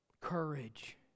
Courage